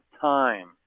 time